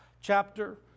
chapter